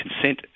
Consent